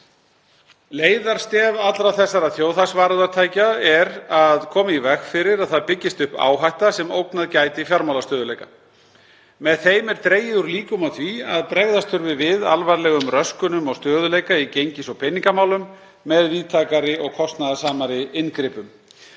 Leiðarstef allra þessara þjóðhagsvarúðartækja er að koma í veg fyrir að það byggist upp áhætta sem ógnað gæti fjármálastöðugleika. Með þeim er dregið úr líkum á því að bregðast þurfi við alvarlegum röskunum á stöðugleika í gengis- og peningamálum með víðtækari og kostnaðarsamari inngripum.